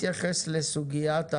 לא משפיע על כל